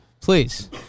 please